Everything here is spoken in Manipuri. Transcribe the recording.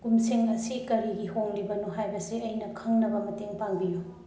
ꯀꯨꯝꯁꯤꯡ ꯑꯁꯤ ꯀꯔꯤꯒꯤ ꯍꯣꯡꯂꯤꯕꯅꯣ ꯍꯥꯏꯕꯁꯤ ꯑꯩꯅ ꯈꯪꯅꯕ ꯃꯇꯦꯡ ꯄꯥꯡꯕꯤꯌꯨ